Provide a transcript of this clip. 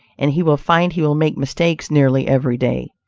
and he will find he will make mistakes nearly every day.